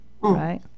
right